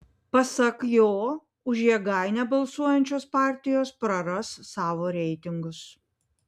pasak jo už jėgainę balsuosiančios partijos praras savo reitingus